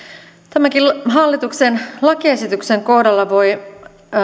tämänkin hallituksen lakiesityksen kohdalla voi